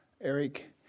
Eric